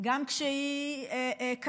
גם כשהיא נוקבים,